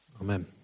Amen